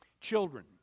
Children